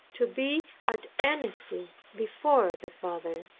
to be at annecy before the father.